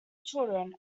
children